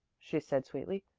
she said sweetly,